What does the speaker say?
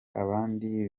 abandi